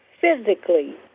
physically